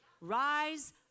Rise